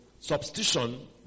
substitution